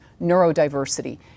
neurodiversity